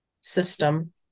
system